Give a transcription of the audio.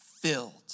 filled